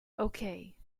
okay